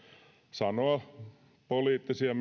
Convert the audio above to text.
sanoa poliittisia